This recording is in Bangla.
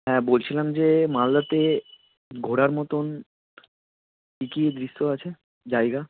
হ্যাঁ বলছিলাম যে মালদাতে ঘোরার মতন কী কী দৃশ্য আছে জায়গা